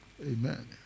Amen